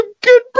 Good